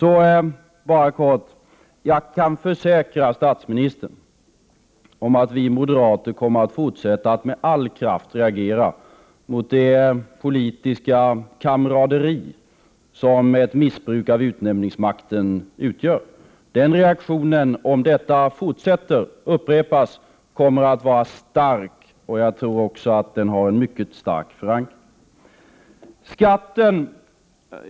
I all korthet kan jag försäkra statsministern om att vi moderater kommer att fortsätta att med all kraft reagera mot det politiska kamaraderi som ett missbruk av utnämningsmakten utgör. Om detta fortsätter att upprepas kommer reaktionen att vara stark. Jag tror också att den har en mycket stark förankring.